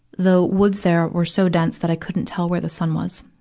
the woods there were so dense that i couldn't tell where the sun was.